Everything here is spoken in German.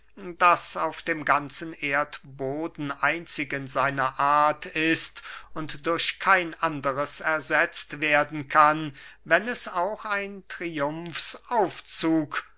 das auf dem ganzen erdboden einzig in seiner art ist und durch kein anderes ersetzt werden kann wenn es auch ein